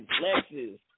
Lexus